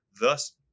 thus